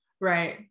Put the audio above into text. Right